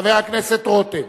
חבר הכנסת רותם,